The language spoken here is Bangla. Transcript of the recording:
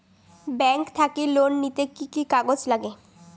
ব্যাংক থাকি লোন নিতে কি কি কাগজ নাগে?